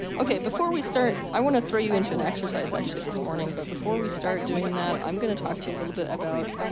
ok, before we start, i wanna throw you into an exercise actually, this morning but before we start doing that, i'm gonna talk to you a little bit about.